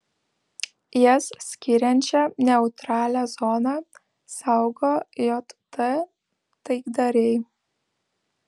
jas skiriančią neutralią zoną saugo jt taikdariai